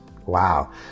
wow